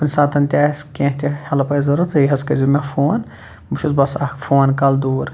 کُنہِ ساتہٕ تہِ آسہِ کینٛہہ تہِ ہٮ۪لٕپ آسہِ ضوٚرَتھ تُہۍ حظ کٔرۍزیو مےٚ فون بہٕ چھُس بَس اَکھ فون کال دوٗر